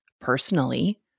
personally